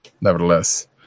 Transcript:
nevertheless